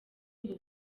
ubu